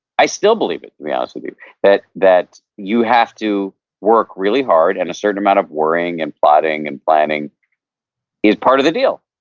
i still believe it, to be honest with you, that that you have to work really hard and a certain amount worrying, and plotting, and planning is part of the deal.